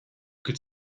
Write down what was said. could